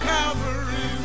Calvary